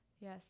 Yes